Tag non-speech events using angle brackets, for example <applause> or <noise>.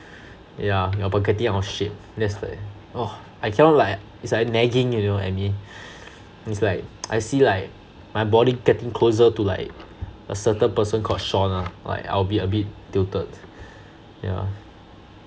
yeah about getting out of shape that's like !wah! I cannot like it's like nagging you know at me it's like <noise> I see like my body getting closer to like a certain person called shaun lah like I'll be a bit tilted yeah